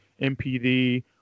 MPD